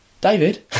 David